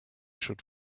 should